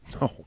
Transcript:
No